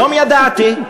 היום ידעתי.